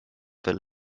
veel